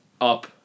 up